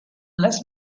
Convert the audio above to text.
less